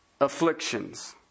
afflictions